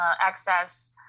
access